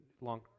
long